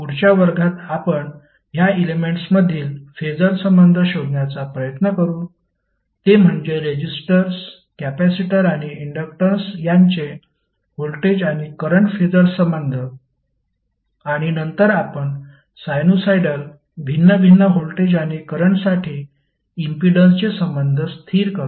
पुढच्या वर्गात आपण या एलेमेंट्समधील फेसर संबंध शोधण्याचा प्रयत्न करू ते म्हणजे रेजिस्टर्स कॅपेसिटर आणि इंडक्टर्स यांचे व्होल्टेज आणि करंट फेसर संबंध आणि नंतर आपण साइनुसॉईडल भिन्न भिन्न व्होल्टेज आणि करंटसाठी इम्पीडन्सचे संबंध स्थिर करू